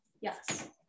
Yes